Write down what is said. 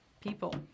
people